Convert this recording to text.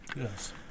yes